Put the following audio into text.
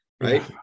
Right